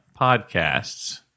podcasts